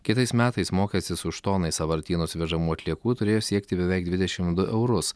kitais metais mokestis už toną į sąvartynus vežamų atliekų turėjo siekti beveik dvidešimt du eurus